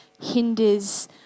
hinders